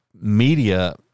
media